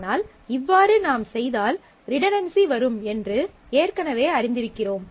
ஆனால் இவ்வாறு நாம் செய்தால் ரிடன்டன்சி வரும் என்று ஏற்கனவே அறிந்திருக்கிறோம்